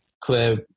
clear